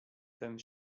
ten